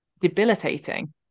debilitating